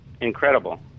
incredible